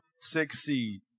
succeed